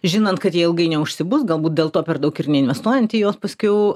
žinant kad jie ilgai neužsibus galbūt dėl to per daug ir neinvestuojant į juos paskiau